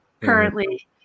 currently